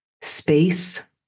space